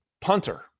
Punter